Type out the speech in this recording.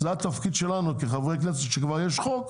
זה התפקיד שלנו כחברי כנסת כשכבר יש חוק,